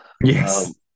Yes